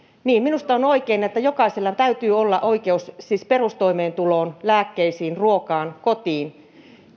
minusta on oikein että jokaisella täytyy olla oikeus perustoimeentuloon lääkkeisiin ruokaan kotiin